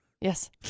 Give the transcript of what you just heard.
Yes